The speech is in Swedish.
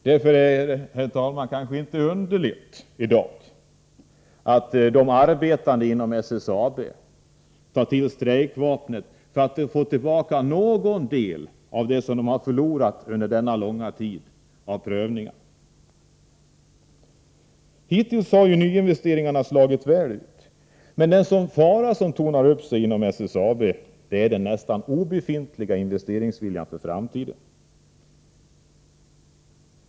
Därför är det kanske inte, herr talman, underligt att de arbetande inom SSAB i dag tar till strejkvapnet för att få tillbaka någon del av det som de har förlorat under denna långa tid av prövningar. Hittills har ju nyinvesteringarna slagit väl ut. En fara som tornar upp sig inom SSAB är emellertid den nästan obefintliga investeringsviljan för framtiden.